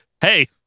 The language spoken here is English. hey